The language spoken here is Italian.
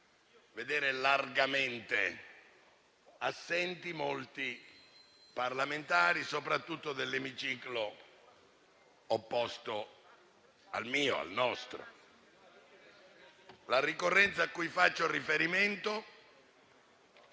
vedere largamente assenti molti parlamentari, soprattutto dell'emiciclo opposto al nostro. La ricorrenza a cui faccio riferimento